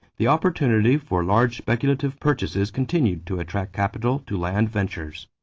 the opportunity for large speculative purchases continued to attract capital to land ventures.